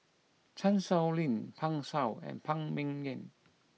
Chan Sow Lin Pan Shou and Phan Ming Yen